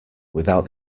without